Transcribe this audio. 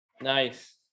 Nice